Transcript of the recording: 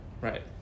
Right